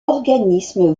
organisme